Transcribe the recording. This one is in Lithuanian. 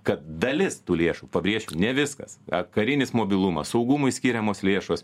kad dalis tų lėšų pabrėšiu ne viskas karinis mobilumas saugumui skiriamos lėšos